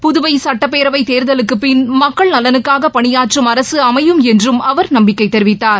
புதுவை சட்டப்பேரவைத் தேர்தலுக்கு பிள் மக்கள் நலனுக்காக பணியாற்றும் அரசு அமையும் என்றும் அவர் நம்பிக்கை தெரிவித்தார்